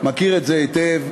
מכיר את זה היטב,